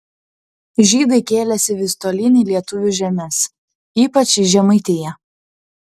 žydai kėlėsi vis tolyn į lietuvių žemes ypač į žemaitiją